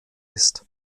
ist